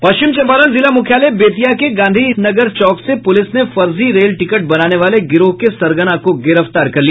पश्चिम चंपारण जिला मूख्यालय बेतिया के गांधी नगर चौक से पूलिस ने फर्जी रेल टिकट बनाने वाले गिरोह के सरगना को गिरफ्तार किया